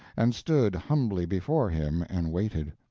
and stood humbly before him and waited.